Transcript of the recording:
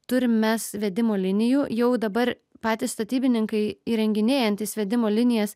turim mes vedimo linijų jau dabar patys statybininkai įrenginėjantys vedimo linijas